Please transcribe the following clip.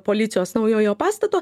policijos naujojo pastato